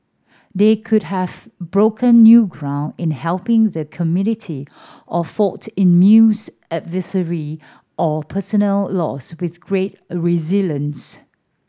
they could have broken new ground in helping the community or fought immense adversity or personal loss with great resilience